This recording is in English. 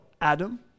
Adam